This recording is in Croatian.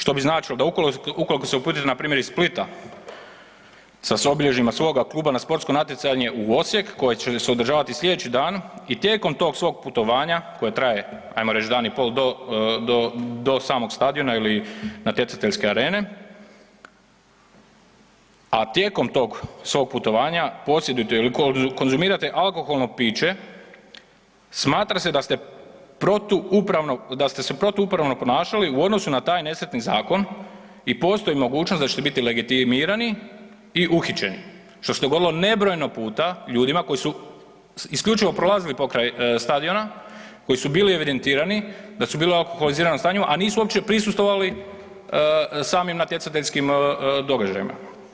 Što bi značilo da ukoliko se uputi npr. iz Splita sa obilježjima svoga kluba na sportsko natjecanje u Osijek koje će se održavati slijedeći dan i tijekom tog svog putovanja koje traje ajmo reći dan i po do samog stadiona ili natjecateljske arene, a tijekom tog svog putovanja posjedujete ili konzumirate alkoholno piće smatra se da ste protuupravno, da ste se protuupravno ponašali u odnosu na taj nesretni zakon i postoji mogućnost da ćete biti legitimirani i uhićeni što se dogodilo nebrojeno puta ljudima koji su isključivo prolazili pokraj stadiona, koji su bili evidentirani da su bili u alkoholiziranom stanju, a nisu uopće prisustvovali samim natjecateljskim događajima.